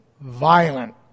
violent